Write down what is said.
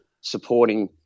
supporting